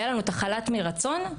היה לנו חל"ת מרצון,